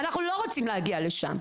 אנחנו לא רוצים להגיע לשם.